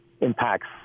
impacts